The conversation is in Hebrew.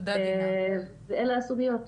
אלה הסוגיות.